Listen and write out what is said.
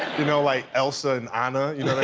you know, like elsa and anna. you